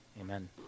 Amen